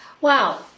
Wow